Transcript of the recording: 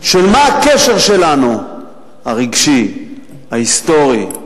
של מה הקשר שלנו הרגשי, ההיסטורי,